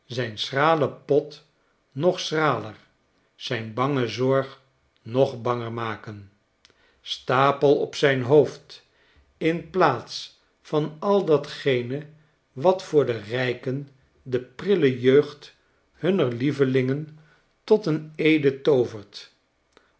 zijn schralen pot nog schraler zijn bange zorg nog banger maken stapel op zijn hoofd in plaats van al datgene wat voor de rijken de prille jeugd hunner lievelingen tot een eden toovert